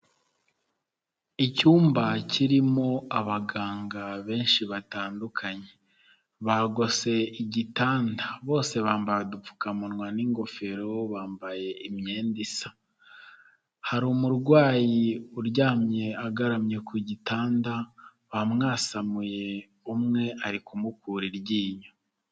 Icyumba kirimo abaganga benshi batandukanye, bagose igitanda bose bambara udupfukamunwa n'ingofero bambaye imyenda isa, hari umurwayi uryamye agaramye ku gitanda bamwasamuye umwe ari kumukura iryinyo.